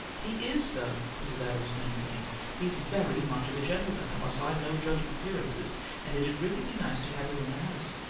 he is, though, mrs. adams maintained. he's very much of a gentleman, unless i'm no judge of appearances and it'll really be nice to have him in the house.